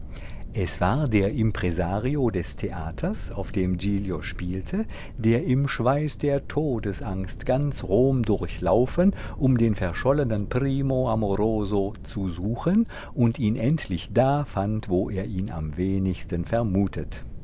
es war der impresario des theaters auf dem giglio spielte der im schweiß der todesangst ganz rom durchlaufen um den verschollenen primo amoroso zu suchen und ihn endlich da fand wo er ihn am wenigsten vermutet